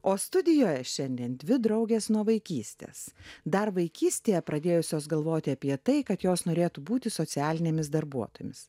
o studijoje šiandien dvi draugės nuo vaikystės dar vaikystėje pradėjusios galvoti apie tai kad jos norėtų būti socialinėmis darbuotojomis